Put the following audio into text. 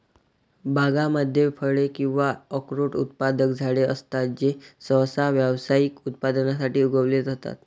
बागांमध्ये फळे किंवा अक्रोड उत्पादक झाडे असतात जे सहसा व्यावसायिक उत्पादनासाठी उगवले जातात